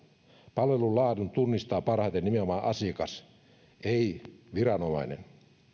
palvelun laadun tunnistaa parhaiten nimenomaan asiakas ei viranomainen